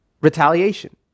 retaliation